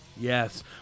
Yes